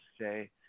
say